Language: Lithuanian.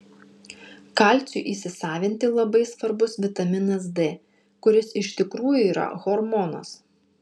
kalciui įsisavinti labai svarbus vitaminas d kuris iš tikrųjų yra hormonas